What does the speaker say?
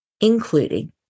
including